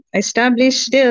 established